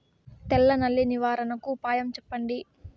తెల్ల నల్లి నివారణకు ఉపాయం చెప్పండి?